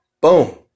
boom